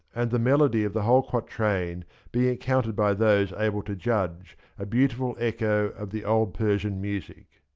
and the melody of the whole quatrain being accounted by those able to judge a beautiful echo of the old persian music,